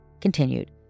continued